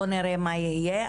בואו נראה מה יהיה.